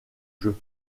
jeux